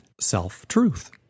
self-truth